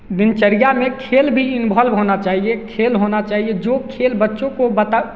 दिनचर्या में खेल भी इन्भोल्भ होना चाहिए खेल होना चाहिए जो खेल बच्चों को बता